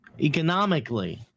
economically